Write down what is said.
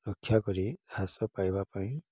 ରକ୍ଷା କରି ହ୍ରାସ ପାଇବା ପାଇଁ